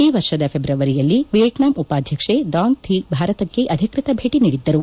ಈ ವರ್ಷದ ಫೆಬ್ರವರಿಯಲ್ಲಿ ವಿಯೆಟ್ಲಾಂ ಉಪಾಧ್ಯಕ್ಷೆ ದಾಂಗ್ ಥಿ ಭಾರತಕ್ಕೆ ಅಧಿಕ್ಷತ ಭೇಟಿ ನೀಡಿದ್ದರು